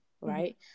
right